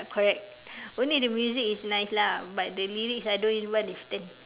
correct only the music is nice lah but the lyrics I don't even understand